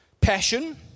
passion